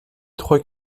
trois